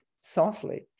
softly